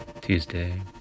Tuesday